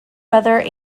whether